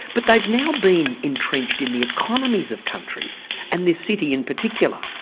but they've now been entrenched in the economies of countries and this city in particular.